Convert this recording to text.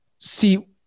See